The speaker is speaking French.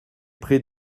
prés